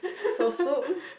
so